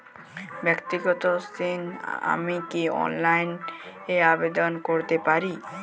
ব্যাক্তিগত ঋণ আমি কি অনলাইন এ আবেদন করতে পারি?